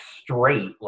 straight